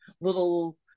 little